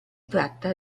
tratta